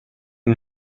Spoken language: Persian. این